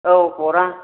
औ हरा